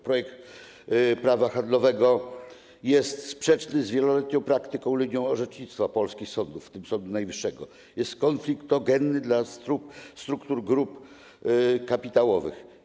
Projekt prawa handlowego jest sprzeczny z wieloletnią praktyką orzecznictwa polskich sądów, w tym Sądu Najwyższego, jest konfliktogenny dla struktur grup kapitałowych.